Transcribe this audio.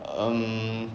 um